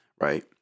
right